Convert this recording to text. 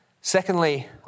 Secondly